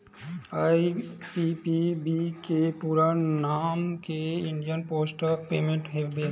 IPPB के पूरा नांव हे इंडिया पोस्ट पेमेंट बेंक हे